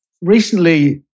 recently